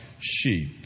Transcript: sheep